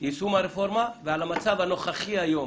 יישום הרפורמה והמצב הנוכחי היום,